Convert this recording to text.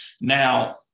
Now